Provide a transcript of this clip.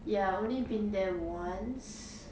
ya only been there once